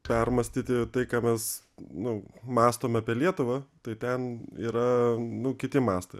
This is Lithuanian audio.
permąstyti tai ką mes nu mąstom apie lietuvą tai ten yra nu kiti mastai